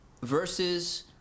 versus